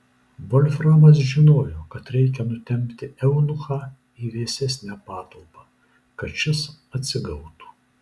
volframas žinojo kad reikia nutempti eunuchą į vėsesnę patalpą kad šis atsigautų